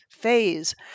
phase